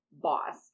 Boss